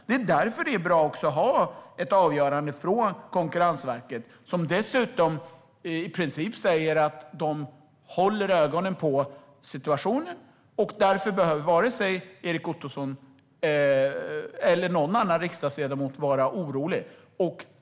Det är därför som det är bra att ha ett avgörande från Konkurrensverket. Det säger dessutom i princip att det håller ögonen på situationen. Därför behöver varken Erik Ottoson eller någon annan riksdagsledamot vara orolig.